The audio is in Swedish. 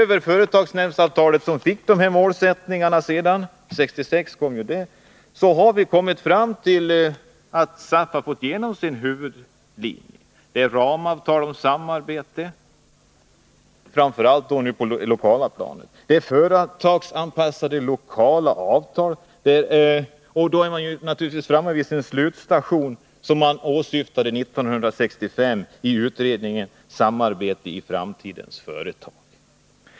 När företagsnämndsavtalet fick dessa målsättningar 1966, hade SAF fått igenom sin huvudlinje — ett ramavtal om samarbete, framför allt på det lokala planet, och företagsanpassade lokala avtal. Då är man framme vid den slutstation som man åsyftade 1965 i utredningen Samarbete i framtidens företag.